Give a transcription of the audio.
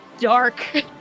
dark